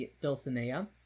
Dulcinea